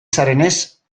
zarenez